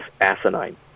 asinine